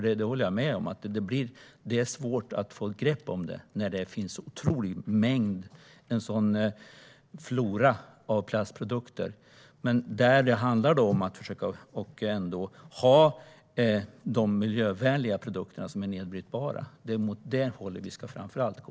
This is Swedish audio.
Jag håller med om att det är svårt att få ett grepp om detta när det finns en så otroligt stor mängd plastprodukter. Men det handlar ändå om att man ska försöka ha de miljövänliga produkter som är nedbrytbara. Det är framför allt åt det hållet som vi ska gå.